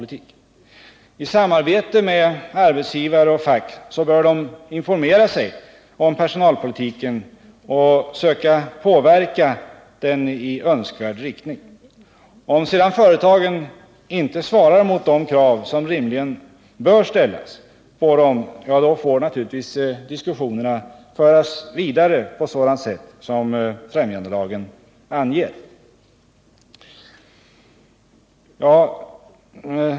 I samarbete med arbetsgivare och fack bör verket informera sig om personalpolitiken och söka påverka den i önskvärd riktning. Om sedan företagen inte svarar mot de krav som rimligen bör ställas på dem, då får naturligtvis diskussionerna föras vidare på ett sådant sätt som främjandelagen anger.